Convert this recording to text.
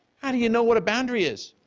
how do you know what a boundary is?